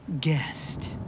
guest